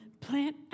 plant